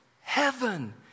heaven